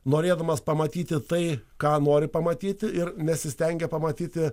norėdamas pamatyti tai ką nori pamatyti ir nesistengia pamatyti